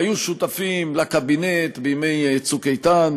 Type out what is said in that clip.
היו שותפים לקבינט בימי "צוק איתן",